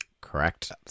Correct